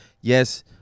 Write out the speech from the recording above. yes